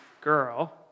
girl